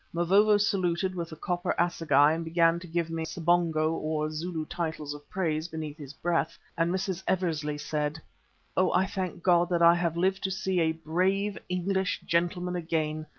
mavovo saluted with the copper assegai and began to give me sibonga or zulu titles of praise beneath his breath, and mrs. eversley said oh! i thank god that i have lived to see a brave english gentleman again,